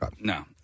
No